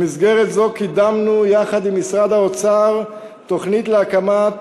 במסגרת זו קידמנו יחד עם משרד האוצר תוכנית להקמת